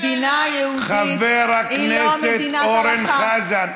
מדינה יהודית היא לא מדינת הלכה.